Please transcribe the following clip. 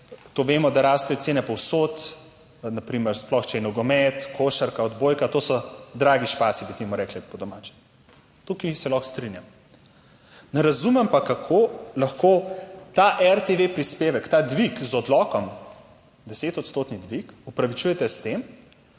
to vemo, da rastejo cene povsod, na primer sploh če je nogomet, košarka, odbojka, to so dragi špasi, bi temu rekli po domače. Tukaj se lahko strinjam. Ne razumem pa, kako lahko ta RTV prispevek, ta dvig z odlokom, deset odstotni dvig, opravičujete s tem,